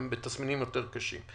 הם בתסמינים יותר קלים.